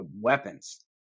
weapons